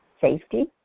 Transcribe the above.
safety